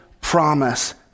promise